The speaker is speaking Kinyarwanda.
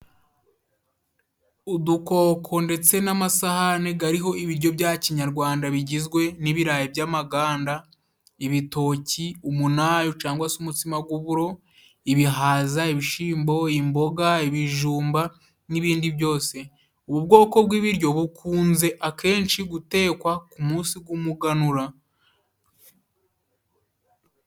Udukoko ndetse n'amasahani gariho ibiryo bya kinyagwanda bigizwe n'ibirayi by'amaganda, ibitoki, umunayo cangwa se umutsima gw'uburo, ibihaza, ibishimbo, imboga, ibijumba n'ibindi byose. Ubu bwoko bw'ibiryo bukunze akenshi gutekwa ku munsi gw'umuganura.